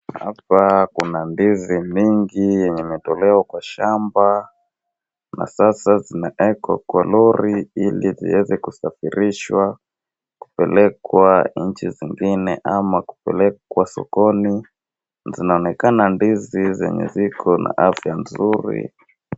Hapa kuna ndizi mingi yenye imetolewa kwa shamba na sasa zinawekwa kwa lori ili ziweze kusafirishwa kupelekwa nchi zingine au kupelekwa sokoni. Zinaonekana ndizi zilizo na afya nzuri.